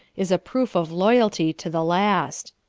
is a proof of loyalty to the last,